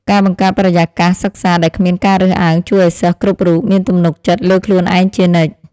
ការបង្កើតបរិយាកាសសិក្សាដែលគ្មានការរើសអើងជួយឱ្យសិស្សគ្រប់រូបមានទំនុកចិត្តលើខ្លួនឯងជានិច្ច។